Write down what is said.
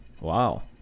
Wow